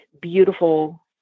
beautiful